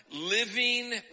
living